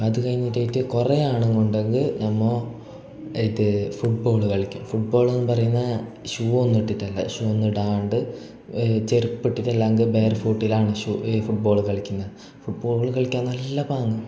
അതു കഴിഞ്ഞിട്ടായിട്ട് കുറേ ആണുങ്ങളുണ്ടെങ്കിൽ നമ്മൾ ഇത് ഫുട്ബോൾ കളിക്കും ഫുട്ബോളെന്നു പറയുന്ന ഷൂ ഒന്നും ഇട്ടിട്ടല്ല ഷൂ ഒന്നും ഇടാണ്ട് ചെരിപ്പിട്ടിട്ടല്ലാങ്ക് ബെയർ ഫൂട്ടിലാണ് ഷൂ ഈ ഫുട്ബോൾ കളിക്കുന്ന ഫുട്ബോൾ കളിക്കാൻ നല്ല പാങ്ങ്